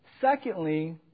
Secondly